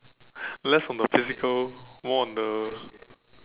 less on the physical more on the